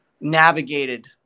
navigated